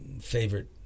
favorite